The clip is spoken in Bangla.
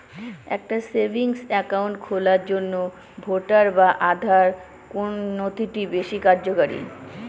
একটা সেভিংস অ্যাকাউন্ট খোলার জন্য ভোটার বা আধার কোন নথিটি বেশী কার্যকরী?